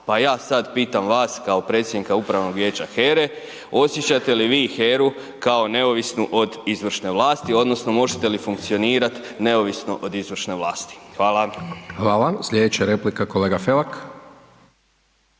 Pa ja sad pitam vas kao predsjednika Upravnog vijeća HERE osjećate li vi HERU kao neovisnu od izvršne vlasti odnosno možete li funkcionirati neovisno od izvršne vlasti? Hvala. **Hajdaš Dončić, Siniša (SDP)** Hvala.